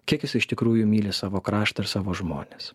kiek jisai iš tikrųjų myli savo kraštą ir savo žmones